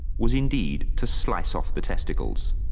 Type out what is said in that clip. was indeed to slice off the testicles.